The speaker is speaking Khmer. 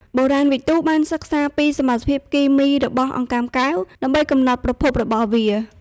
បុរាណវិទូបានសិក្សាពីសមាសធាតុគីមីរបស់អង្កាំកែវ ដើម្បីកំណត់ប្រភពរបស់វា។